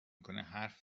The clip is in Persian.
کنه، حرف